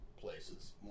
places